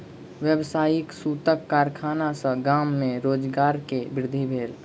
व्यावसायिक सूतक कारखाना सॅ गाम में रोजगार के वृद्धि भेल